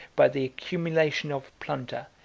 by the accumulation of plunder,